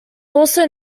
also